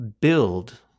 build